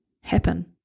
happen